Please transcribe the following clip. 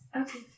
Okay